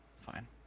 Fine